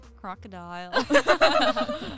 Crocodile